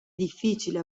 difficile